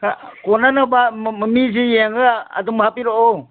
ꯀꯣꯟꯅꯅꯕ ꯃꯤꯁꯦ ꯌꯦꯡꯉꯒ ꯑꯗꯨꯝ ꯍꯥꯞꯄꯤꯔꯛꯑꯣ